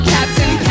Captain